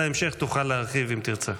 בשאלת ההמשך תוכל להרחיב, אם תרצה.